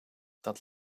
dat